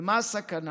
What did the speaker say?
ומה הסכנה?